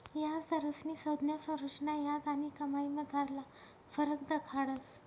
याजदरस्नी संज्ञा संरचना याज आणि कमाईमझारला फरक दखाडस